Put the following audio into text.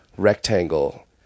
rectangle